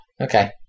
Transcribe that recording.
Okay